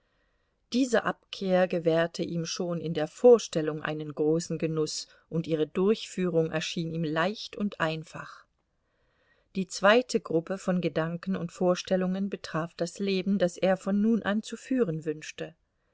diese abkehr gewährte ihm schon in der vorstellung einen großen genuß und ihre durchführung erschien ihm leicht und einfach die zweite gruppe von gedanken und vorstellungen betraf das leben das er von nun an zu führen wünschte